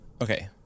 Okay